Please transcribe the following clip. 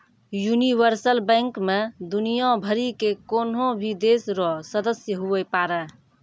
universal bank मे दुनियाँ भरि के कोन्हो भी देश रो सदस्य हुवै पारै